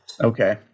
Okay